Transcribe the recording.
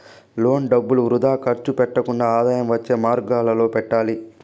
loan డబ్బులు వృథా ఖర్చు పెట్టకుండా ఆదాయం వచ్చే మార్గాలలో పెట్టాలి